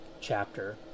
chapter